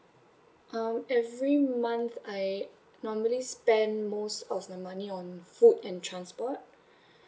um every month I normally spend most of my money on food and transport